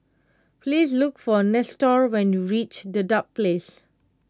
please look for Nestor when you reach Dedap Place